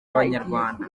abanyarwanda